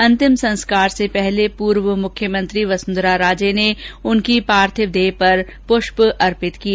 अंतिम संस्कार से पहले पूर्व मुख्यमंत्री वसुधरा राजे ने उनकी पार्थिव देह पर पूष्य अर्पित किए